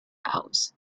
aus